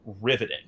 riveting